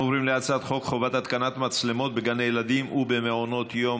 אנחנו עוברים להצעת חוק חובת התקנת מצלמות בגני ילדים ובמעונות יום,